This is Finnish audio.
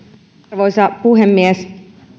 arvoisa puhemies